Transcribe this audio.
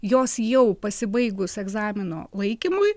jos jau pasibaigus egzamino laikymui